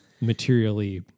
materially